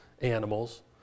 animals